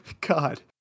God